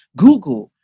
google.